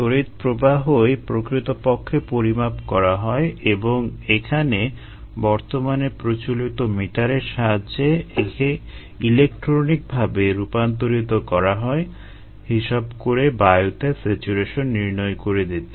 তড়িৎ প্রবাহই প্রকৃতপক্ষে পরিমাপ করা হয় এবং এখানে বর্তমানে প্রচলিত মিটারের সাহায্যে একে ইলেকট্রনিক ভাবে রূপান্তরিত করা হয় হিসাব করে বায়ুতে স্যাচুরেশন নির্ণয় করে দিতে